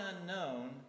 unknown